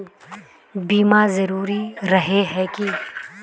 बीमा जरूरी रहे है की?